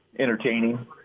entertaining